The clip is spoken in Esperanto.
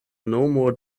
nomo